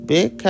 Big